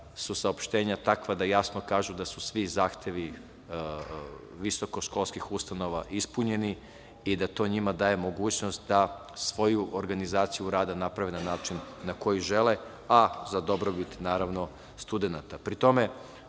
su saopštenja takva da jasno kažu da su svi zahtevi visokoškolskih ustanova ispunjeni i da to njima daje mogućnost da svoju organizaciju rada naprave na način na koji žele, a za dobrobit naravno, studenata. Pri